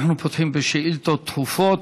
אנחנו פותחים בשאילתות דחופות.